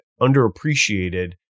underappreciated